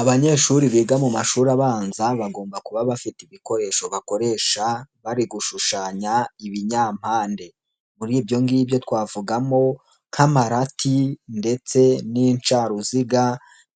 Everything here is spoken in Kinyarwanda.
Abanyeshuri biga mu mashuri abanza, bagomba kuba bafite ibikoresho bakoresha bari gushushanya ibinyampande. Muri ibyo ngibyo twavugamo nk'amarati ndetse n'incaruziga